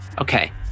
Okay